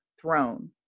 Throne